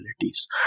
capabilities